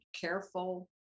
careful